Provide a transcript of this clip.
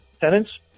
tenants